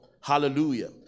Hallelujah